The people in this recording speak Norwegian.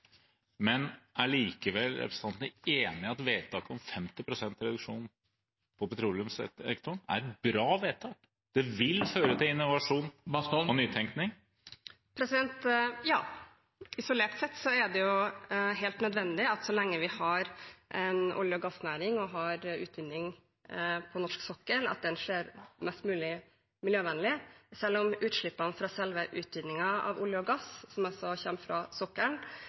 men er likevel representanten enig i at vedtaket om 50 pst. reduksjon i petroleumssektoren er et bra vedtak? Det vil føre til innovasjon og nytenkning. Ja. Isolert sett er det helt nødvendig så lenge vi har en olje- og gassnæring og har utvinning på norsk sokkel, at den skjer mest mulig miljøvennlig, selv om utslippene fra selve utvinningen av olje og gass, som altså kommer fra